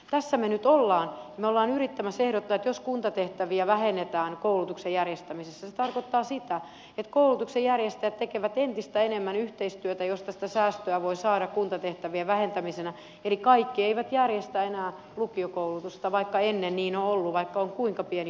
tässä me nyt olemme ja me olemme yrittämässä ehdottaa että jos kuntatehtäviä vähennetään koulutuksen järjestämisessä se tarkoittaa sitä että koulutuksen järjestäjät tekevät entistä enemmän yhteistyötä josta sitä säästöä voi saada kuntatehtävien vähentämisenä eli kaikki eivät järjestä enää lukiokoulutusta vaikka ennen niin on ollut vaikka on ollut kuinka pieni oppilasmäärä